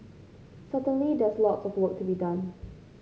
certainly there's lots of work to be done